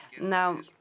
Now